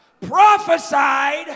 prophesied